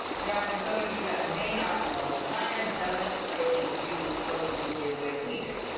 now, for some of you that may not know china doesn't really use social media the way that we do.